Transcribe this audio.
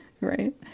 Right